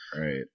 right